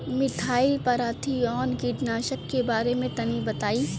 Methyl parathion कीटनाशक के बारे में तनि बताई?